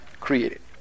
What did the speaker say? created